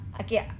okay